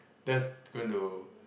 that's going to